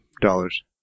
dollars